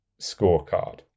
scorecard